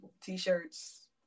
t-shirts